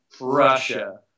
russia